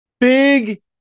Big